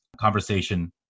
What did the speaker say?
conversation